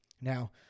Now